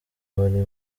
bari